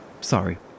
Sorry